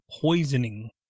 poisoning